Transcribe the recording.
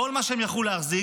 כל מה שהם יכלו להחזיק,